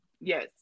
Yes